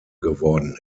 geworden